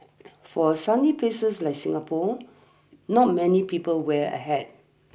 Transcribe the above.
for a sunny places like Singapore not many people wear a hat